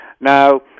Now